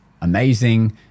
amazing